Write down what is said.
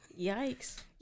Yikes